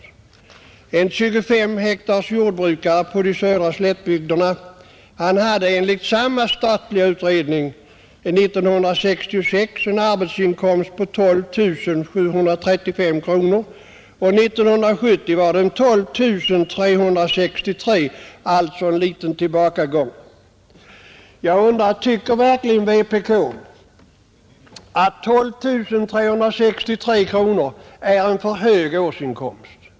En jordbrukare med ett 25 hektars jordbruk på de södra slättbygderna hade enligt samma statliga utredning 1966 en arbetsinkomst av 12 735 kronor, och 1970 var den 12 363 kronor, alltså en liten tillbakagång. Tycker verkligen vpk att 12 363 kronor är en för hög årsinkomst?